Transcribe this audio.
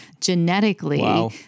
genetically